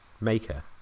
maker